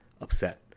upset